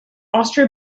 austria